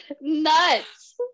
nuts